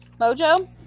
mojo